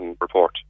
report